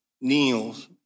kneels